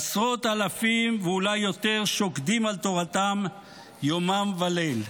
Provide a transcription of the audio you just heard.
עשרות אלפים ואולי יותר שוקדים על תורתם יומם וליל,